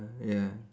ya